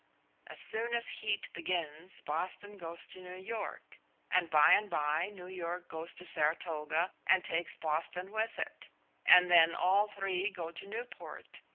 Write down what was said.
as soon as heat begins boston goes to new york and by-and-by new york goes to saratoga, and takes boston with it and then all three go to newport,